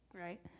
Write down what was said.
Right